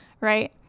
right